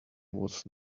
was